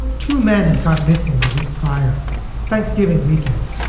two men had gone missing a week prior thanksgiving weekend.